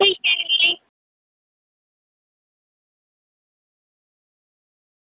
ठीक ऐ भी